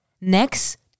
next